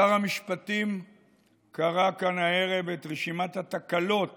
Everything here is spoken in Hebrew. שר המשפטים קרא כאן הערב את רשימת התקלות